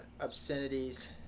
obscenities